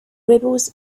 rebels